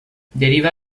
deriva